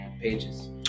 pages